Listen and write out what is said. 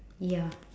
ya